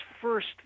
first